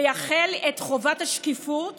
ויחיל את חובת השקיפות